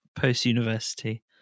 post-university